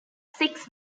six